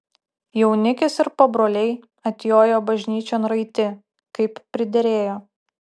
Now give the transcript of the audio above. jaunikis ir pabroliai atjojo bažnyčion raiti kaip priderėjo